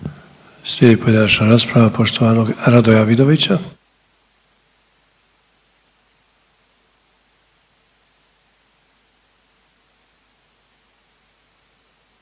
Slijedi pojedinačna rasprava poštovanog Radoja Vidovića.